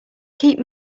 keep